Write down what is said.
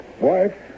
Wife